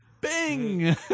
Bing